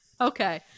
Okay